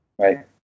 Right